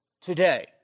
today